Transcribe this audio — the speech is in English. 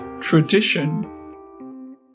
tradition